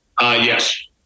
Yes